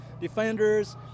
defenders